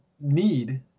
need